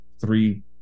three